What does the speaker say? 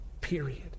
period